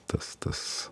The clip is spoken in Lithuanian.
tas tas